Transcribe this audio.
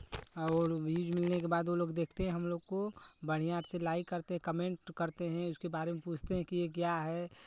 और व्यूज़ मिलने के बाद वो लोग देखते हैं हम लोग को बढ़ियाँ से लाइक करते हैं कमेन्ट करते हैं उसके बारे में पूछते हैं कि ये क्या है